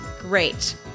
Great